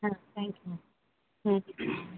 ಹಾಂ thank you ma'am